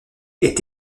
est